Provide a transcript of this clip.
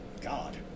God